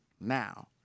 now